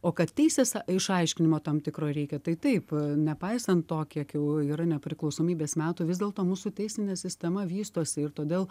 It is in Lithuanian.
o kad teisės išaiškinimo tam tikro reikia tai taip nepaisant to kiek jau yra nepriklausomybės metų vis dėlto mūsų teisinė sistema vystosi ir todėl